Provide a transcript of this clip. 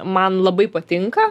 man labai patinka